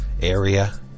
area